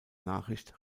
nachricht